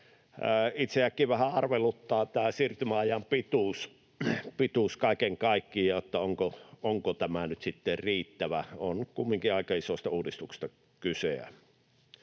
Itseäkin vähän arveluttaa tämä siirtymäajan pituus kaiken kaikkiaan, se, onko tämä nyt sitten riittävä — on kumminkin aika isosta uudistuksesta kyse.